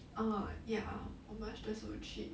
orh ya 我 march 的时候去